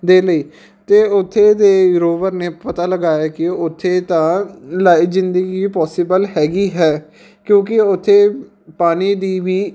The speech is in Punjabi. ਦੇ ਲਈ ਅਤੇ ਉੱਥੇ ਦੇ ਰੋਵਰ ਨੇ ਪਤਾ ਲਗਾਇਆ ਕਿ ਉੱਥੇ ਤਾਂ ਲਾਈ ਜ਼ਿੰਦਗੀ ਪੋਸੀਬਲ ਹੈਗੀ ਹੈ ਕਿਉਂਕਿ ਉੱਥੇ ਪਾਣੀ ਦੀ ਵੀ